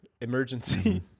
emergency